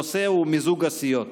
הנושא הוא מיזוג הסיעות.